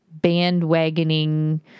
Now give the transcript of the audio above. bandwagoning